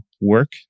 work